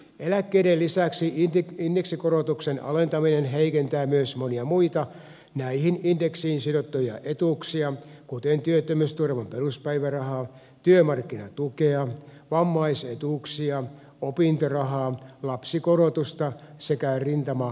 eläkkeiden lisäksi indeksikorotusten alentaminen heikentää myös monia muita näihin indekseihin sidottuja etuuksia kuten työttömyysturvan peruspäivärahaa työmarkkinatukea vammaisetuuksia opintorahaa lapsikorotusta sekä rintamalisiä